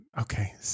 Okay